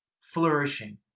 flourishing